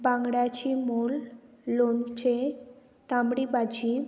बांगड्याची मूल लोणचें तांबडी भाजी